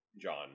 John